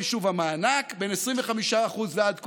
חישוב המענק: בין 25% ועד,